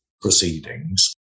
proceedings